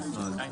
הבין מהר,